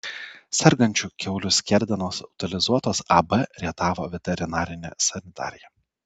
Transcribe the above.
sergančių kiaulių skerdenos utilizuotos ab rietavo veterinarinė sanitarija